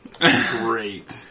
Great